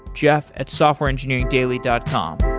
jeff at softwareengineeringdaily dot com.